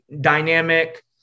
dynamic